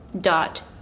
dot